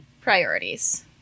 Priorities